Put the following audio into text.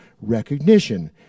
recognition